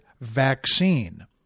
vaccine